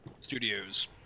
Studios